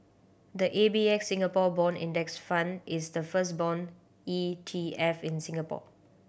the A B F Singapore Bond Index Fund is the first bond E T F in Singapore